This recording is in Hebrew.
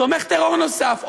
תומך טרור נוסף,